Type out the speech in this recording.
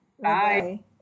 Bye